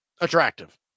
attractive